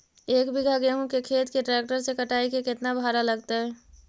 एक बिघा गेहूं के खेत के ट्रैक्टर से कटाई के केतना भाड़ा लगतै?